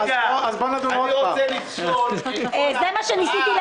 אנחנו עשינו את התמחור לפי העלויות שלנו.